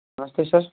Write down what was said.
नमस्ते सर